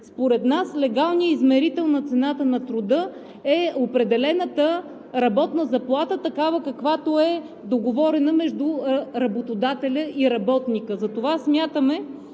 Според нас легалният измерител на цената на труда е определената работна заплата такава, каквато е договорена между работодателя и работника. Затова смятаме,